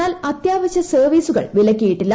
എന്നാൽ അത്യാവശ്യ സർവ്വീസുകൾ വിലക്കിയിട്ടില്ല